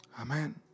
Amen